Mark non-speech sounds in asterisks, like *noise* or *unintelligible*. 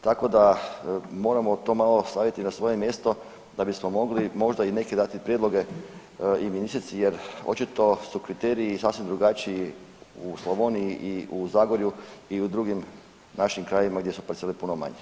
Tako da moramo o tom malo staviti na svoje mjesto da bismo mogli možda i neke dati prijedloge … *unintelligible* jer očito su kriteriji sasvim drugačiji u Slavoniji i u Zagorju i u drugim našim krajevima gdje su parcele puno manje.